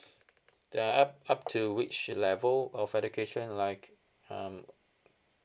then uh up up to which level of education like um